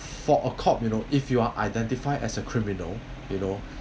for a cop you know if you are identified as a criminal you know